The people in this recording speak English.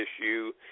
issue